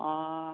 অঁ